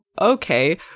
okay